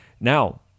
now